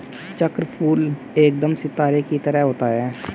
चक्रफूल एकदम सितारे की तरह होता है